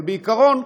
אבל בעיקרון,